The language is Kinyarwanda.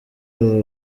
aba